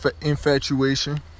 infatuation